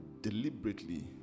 deliberately